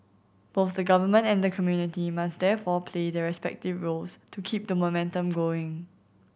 both the government and the community must therefore play their respective roles to keep the momentum going